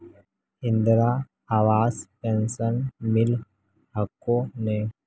इन्द्रा आवास पेन्शन मिल हको ने?